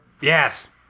Yes